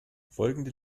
folgende